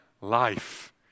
life